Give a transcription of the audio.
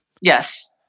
Yes